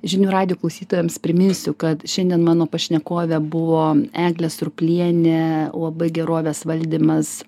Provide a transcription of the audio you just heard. žinių radijo klausytojams priminsiu kad šiandien mano pašnekovė buvo eglė surplienė uab gerovės valdymas